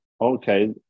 Okay